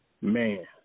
Man